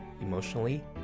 emotionally